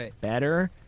better